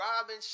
robbing